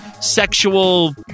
sexual